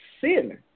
sin